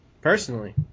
personally